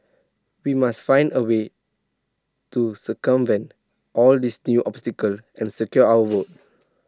we must find A way to circumvent all these new obstacles and secure our votes